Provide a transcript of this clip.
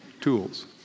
tools